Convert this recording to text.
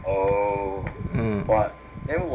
mm